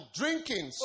drinking